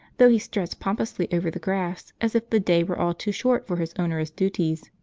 though he struts pompously over the grass as if the day were all too short for his onerous duties.